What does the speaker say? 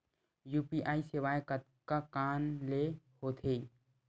UPI सेवाएं कतका कान ले हो थे?